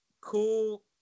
cool